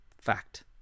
Fact